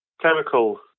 chemical